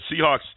Seahawks